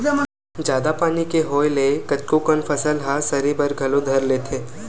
जादा पानी के होय ले कतको कन फसल ह सरे बर घलो धर लेथे